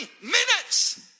minutes